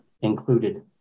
included